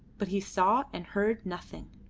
but he saw and heard nothing.